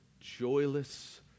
joyless